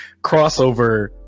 crossover